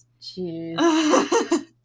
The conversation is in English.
Jeez